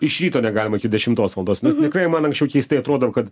iš ryto negalima iki dešimtos valandos nes tikrai man anksčiau keistai atrodo kad